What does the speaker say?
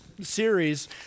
series